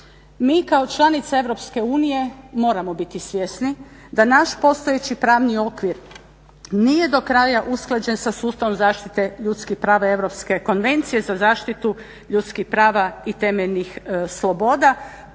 Mi kao članica EU moramo biti svjesni da naš postojeći pravni okvir nije do kraja usklađen sa sustavom zaštite ljudskih prava Europske konvencije za zaštitu ljudskih prava i temeljnih sloboda,